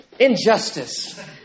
injustice